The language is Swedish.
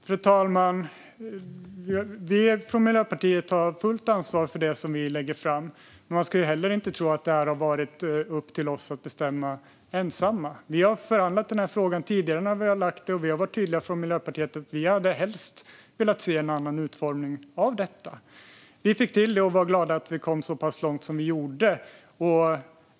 Fru talman! Miljöpartiet tar fullt ansvar för det vi lägger fram. Men man ska inte tro att det här är något som har varit upp till oss att bestämma på egen hand. Vi har förhandlat om den här frågan när vi har lagt fram den. Miljöpartiet har varit tydliga med att vi helst hade sett en annan utformning. Men det här var den vi fick till, och vi var glada att vi kom så pass långt.